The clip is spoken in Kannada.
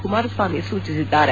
ಕುಮಾರಸ್ವಾಮಿ ಸೂಚಿಸಿದ್ದಾರೆ